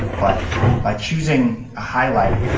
but by choosing a highlight,